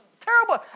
terrible